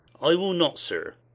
i will not, sir.